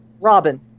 Robin